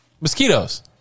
mosquitoes